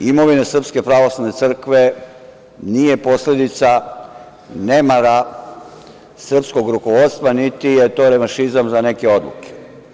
Otimanje imovine Srpske pravoslavne crkve nije posledica nemara srpskog rukovodstva niti je to revanšizam za neke odluke.